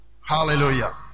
Hallelujah